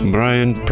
Brian